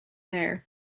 there